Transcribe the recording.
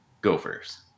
gophers